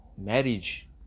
marriage